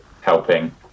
helping